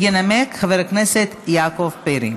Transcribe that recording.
ינמק חבר הכנסת יעקב פרי.